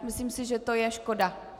Myslím si, že to je škoda.